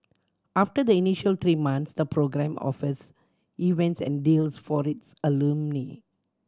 after the initial three months the program offers events and deals for its alumni